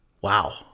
wow